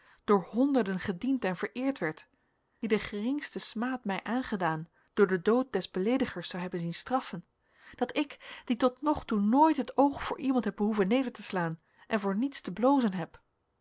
door honderden gediend en vereerd werd die den geringsten smaad mij aangedaan door den dood des beleedigers zou hebben zien straffen dat ik die tot nog toe nooit het oog voor iemand heb behoeven neder te slaan en voor niets te blozen heb